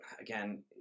again